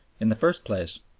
in the first place,